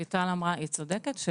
רויטל צודקת במה שהיא אמרה,